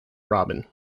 robin